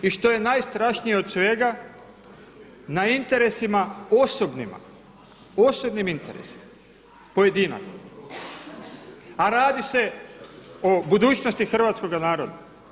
I što je najstrašnije od svega na interesima osobnima, osobnim interesima pojedinaca, a radi se o budućnosti hrvatskoga naroda.